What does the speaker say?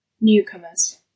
Newcomers